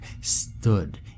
stood